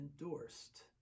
endorsed